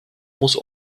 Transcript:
muss